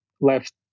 left